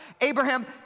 Abraham